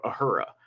Ahura